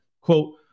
Quote